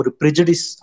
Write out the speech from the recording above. prejudice